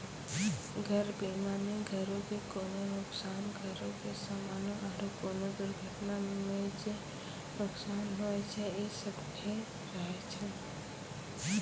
घर बीमा मे घरो के कोनो नुकसान, घरो के समानो आरु कोनो दुर्घटना मे जे नुकसान होय छै इ सभ्भे रहै छै